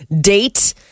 date